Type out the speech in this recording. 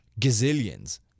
gazillions